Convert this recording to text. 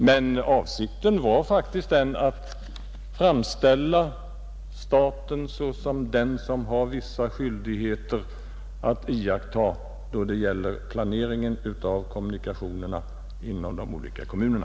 Men avsikten var faktiskt att framställa staten såsom den som har vissa skyldigheter att iaktta då det gäller planeringen av kommunikationerna inom de olika kommunerna.